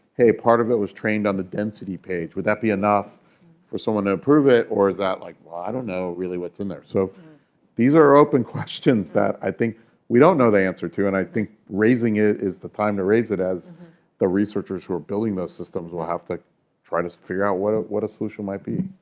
hey, part of it was trained on the density page, would that be enough for someone to approve it? or is that like, well, i don't know really what's in there. so these are open questions that i think we don't know the answer to. and i think raising it is the time to raise it as the researchers who are building those systems will have to try to figure out what ah what a solution might be.